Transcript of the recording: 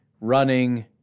running